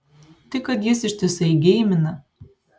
tai kad jis ištisai geimina